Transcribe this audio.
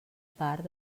part